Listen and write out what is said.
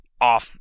off